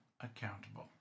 accountable